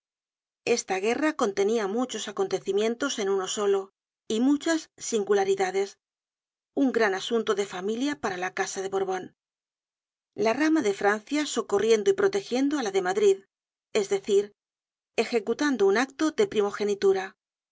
esta guerra contenia muchos acontecimientos en uno solo y muchas singularidades un gran asunto de familia para la casa deborbon la rama de francia socorriendo y protegiendo á la de madrid es decir ejecutando un acto de primogenitura